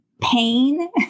pain